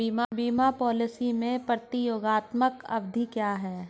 बीमा पॉलिसी में प्रतियोगात्मक अवधि क्या है?